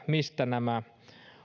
mistä nämä